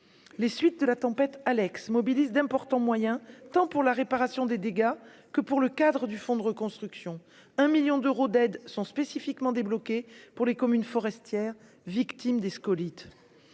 les suites de la tempête Alex mobilise d'importants moyens, tant pour la réparation des dégâts que pour le cadre du fonds de reconstruction un 1000000 d'euros d'aide sont spécifiquement débloqué pour les communes forestières, victime des scolytes